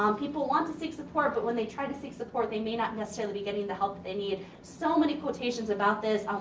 um people want to seek support but when they try to seek support they may not necessarily be getting the help that they need. so many quotations about this.